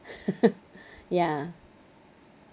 ya